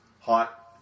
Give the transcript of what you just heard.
Hot